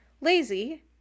lazy